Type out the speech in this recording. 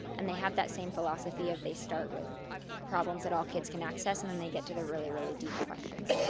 and they have that same philosophy of they start with problems that all kids can access, and then they get to the really, really deep questions.